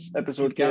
episode